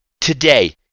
today